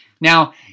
Now